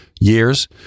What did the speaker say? years